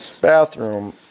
bathroom